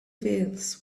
veils